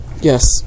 yes